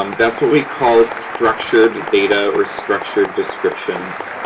um that's what we call structured data or structured descriptions.